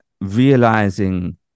realizing